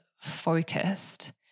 focused